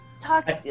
talk